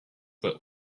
but